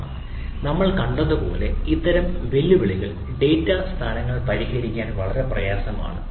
മാത്രമല്ല നമ്മൾ കണ്ടതുപോലെ ഇത്തരം വെല്ലുവിളികൾ ഡാറ്റാ സ്ഥാനങ്ങൾ പരിഹരിക്കാൻ വളരെ പ്രയാസമാണ്